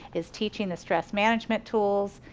is teaching the stress management tools,